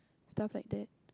stuff like that